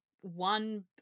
one